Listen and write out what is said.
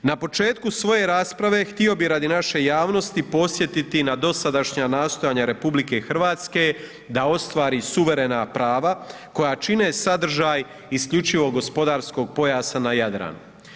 Na početku svoje rasprave htio bih radi naše javnosti podsjetiti na dosadašnja nastojanja Republike Hrvatske da ostvari suverena prava koja čine sadržaj isključivog gospodarskog pojasa na Jadranu.